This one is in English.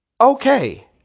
okay